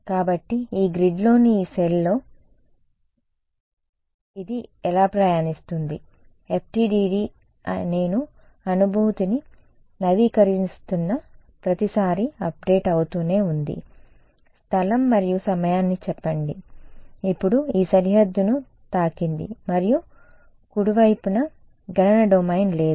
కాబట్టి యీ గ్రిడ్లోని ఈ సెల్లో ఇది ఎలా ప్రయాణిస్తోంది FDTD నేను అనుభూతిని నవీకరిస్తున్న ప్రతిసారీ అప్డేట్ అవుతూనే ఉంది స్థలం మరియు సమయాన్ని చెప్పండి ఇప్పుడు ఈ సరిహద్దును తాకింది మరియు కుడివైపున గణన డొమైన్ లేదు